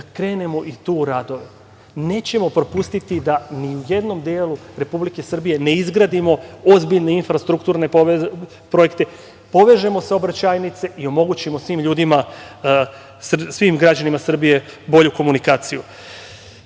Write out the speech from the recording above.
da krenemo i tu radove. Nećemo propusti da ni u jednom delu Republike Srbije ne izgradimo ozbiljne infrastrukturne projekte, povežemo saobraćajnice i omogućimo svim ljudima, svim građanima Srbije bolju komunikaciju. Ono